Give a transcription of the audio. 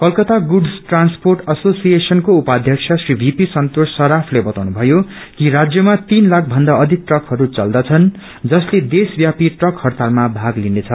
Calcutta goods transport एसोसिएशनको उपाध्यक्ष Shri P P Santosh शराफले बताउनु भयो कि राज्यमा तीन लाख भन्दा अधिक ट्रकहरू चल्दछन् जसर्ले देशव्यापी ट्रक हङ्गतालमा भाग लिनेछ